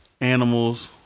animals